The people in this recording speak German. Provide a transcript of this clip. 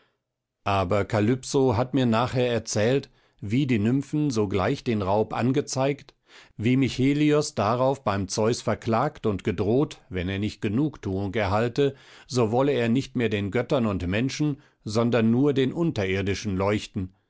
aber kalypso hat mir nachher erzählt wie die nymphen sogleich den raub angezeigt wie mich helios darauf beim zeus verklagt und gedroht wenn er nicht genugthuung erhalte so wolle er nicht mehr den göttern und menschen sondern nur den unterirdischen leuchten